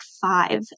five